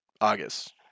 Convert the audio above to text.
August